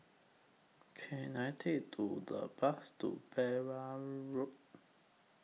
Can I Take to The Bus to Pereira Road